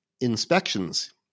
inspections